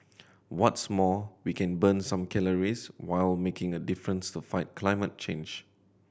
what's more we can burn some calories while making a difference to fight climate change